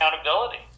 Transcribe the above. accountability